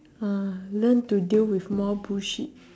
ah learn to deal with more bullshit